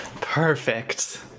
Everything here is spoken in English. perfect